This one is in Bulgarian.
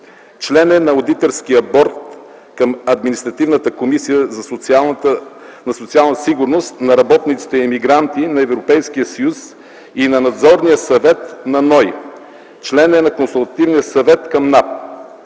Член е на Одиторския борд към Административната комисия за социална сигурност на работниците-емигранти на Европейския съюз и на Надзорния съвет на НОИ. Член е на Консултативния съвет към НАП.